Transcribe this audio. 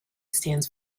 stands